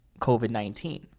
COVID-19